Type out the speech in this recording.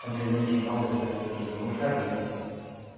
ओनसोलनि सिङाव दोरोङारि गेलेमुफ्रा बेनो